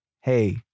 Hey